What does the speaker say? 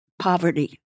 poverty